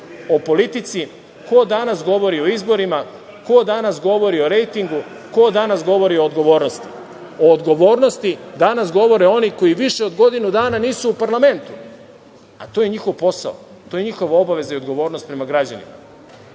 o politici, ko danas govori o izborima, ko danas govori o rejtingu, ko danas govori o odgovornosti? O odgovornosti danas govore oni koji više od godinu dana nisu u parlamentu, a to je njihov posao, to je njihova obaveza i odgovornost prema građanima.